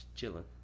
Chilling